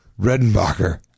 Redenbacher